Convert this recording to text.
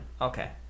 Okay